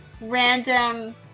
random